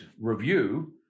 review